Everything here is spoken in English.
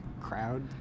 Crowd